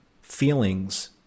feelings